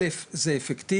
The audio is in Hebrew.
א' זה פיקטיבי,